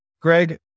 Greg